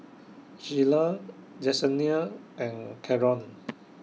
Shyla Jessenia and Caron